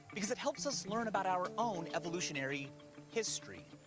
because it helps us learn about our own evolutionary history.